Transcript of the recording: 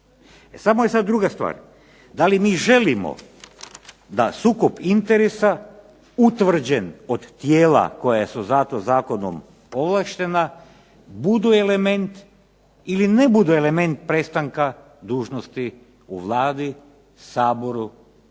Samo je sad druga stvar, da li mi želimo da sukob interesa utvrđen od tijela koja su za to zakonom ovlaštena budu element ili ne budu element prestanka dužnosti u Vladi, Saboru,